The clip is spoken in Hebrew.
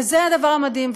וזה הדבר המדהים,